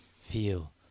feel